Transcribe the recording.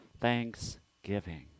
thanksgiving